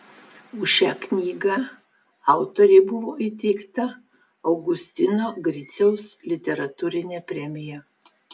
už šią knygą autorei buvo įteikta augustino griciaus literatūrinė premija